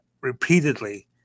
repeatedly